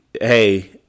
hey